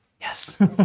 Yes